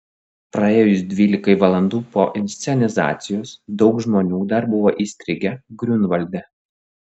praėjus dvylikai valandų po inscenizacijos daug žmonių dar buvo įstrigę griunvalde